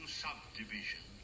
subdivision